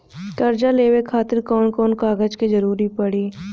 कर्जा लेवे खातिर कौन कौन कागज के जरूरी पड़ी?